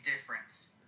difference